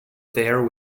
there